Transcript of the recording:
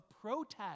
protest